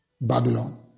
Babylon